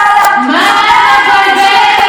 מה את מבלבלת את המוח,